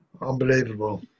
Unbelievable